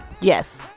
Yes